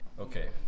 Okay